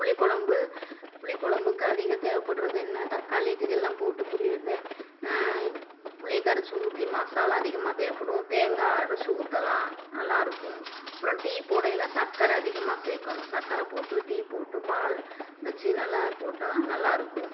புளிக்குழம்பு புளிக்குழம்புக்கு அதிக தேவைப்பட்றது என்ன தக்காளி இதுகள்லாம் போட்டு புளியறது புளியை கரைச்சி ஊற்றி மசாலா அதிகமாக தேவைப்படும் தேங்காய் அரைச்சி ஊற்றலாம் நல்லாயிருக்கும் அப்புறம் டீ போடயில சக்கரை அதிகமாக சேர்க்கணும் சக்கரை போட்டு டீ போட்டு பால் வச்சி நல்லா போட்டால் நல்லாயிருக்கும்